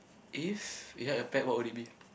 if you had a pet what would it be